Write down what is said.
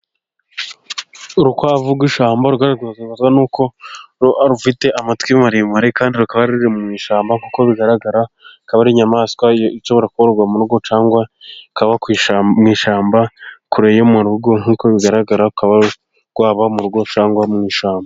Urukwavu rw'ishyamba rugaragazwa n'uko rufite amatwi maremare, kandi rukaba ruri mu ishyamba, nk'uko bigaragara akaba ari inyamaswa ishobora kororerwa mu rugo cyangwa ikaba mu ishyamba kure yo mu rugo, nk'uko bigaragara rukaba rwaba mu rugo cyangwa mu ishyamba.